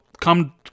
come